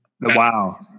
Wow